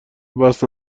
بحث